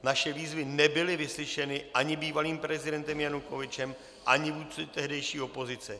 Naše výzvy nebyly vyslyšeny ani bývalým prezidentem Janukovyčem, ani vůdci tehdejší opozice.